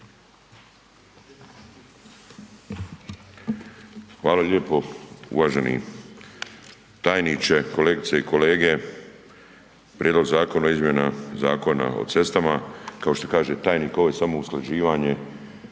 Hvala lijepo. Uvaženi tajniče, kolegice i kolege. Prijedlog zakona o izmjenama Zakona o cestama kao što kaže tajnik ovo je samo usklađivanje